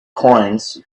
coins